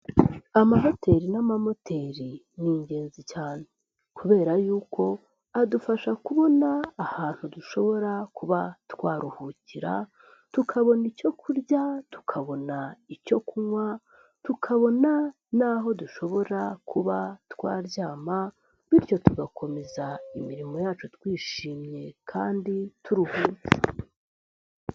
Amahoteli n'amamoteri ni ingenzi cyane kubera yuko adufasha kubona ahantu dushobora kuba twaruhukira, tukabona icyo kurya, tukabona icyo kunywa, tukabona n'aho dushobora kuba twaryama bityo tugakomeza imirimo yacu twishimye kandi turuhutse.